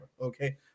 okay